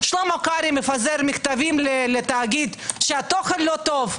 שלמה קרעי מפזר מכתבים לתאגיד שהתוכן לא טוב.